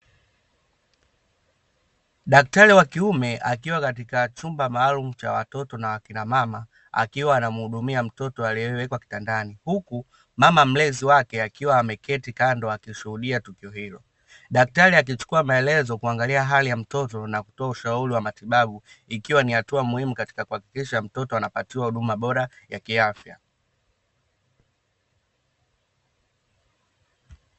Daktari wa kiume akiwa katika chumba maalumu cha watoto na wakinamama akiwa anamuhudumia mtoto aliyewekwa kitandani, huku mama mlezi wake akiwa ameketi kando akishuhudia tukio hilo. Daktari akichukua maelezo kuangalia hali ya mtoto na kutoa ushauri wa matibabu, ikiwa ni hatua muhimu katika kuhakikisha mtoto anapatiwa huduma bora ya kiafya.